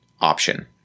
option